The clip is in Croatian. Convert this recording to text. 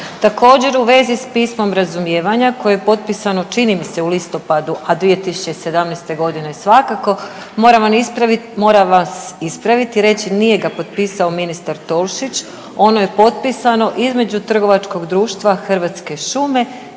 Također u vezi s pismom razumijevanja koje je potpisano čini mi se u listopadu, a 2017. godine moram vam ispraviti, moram vas ispraviti i reći nije ga potpisao ministar Tolušić, ono je potpisano između trgovačkog društva Hrvatske šume i između